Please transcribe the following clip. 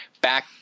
back